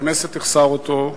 הכנסת תחסר אותו,